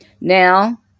Now